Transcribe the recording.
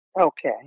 Okay